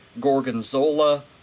Gorgonzola